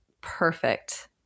Perfect